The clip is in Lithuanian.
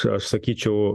aš sakyčiau